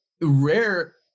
rare